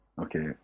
Okay